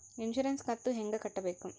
Insurance ಕಂತು ಹೆಂಗ ಕಟ್ಟಬೇಕು?